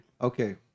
Okay